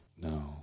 No